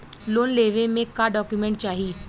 Loan लेवे मे का डॉक्यूमेंट चाही?